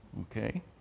okay